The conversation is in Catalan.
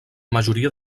majoria